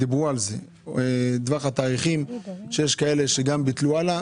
יש כאלה שביטלו גם שבועות קדימה.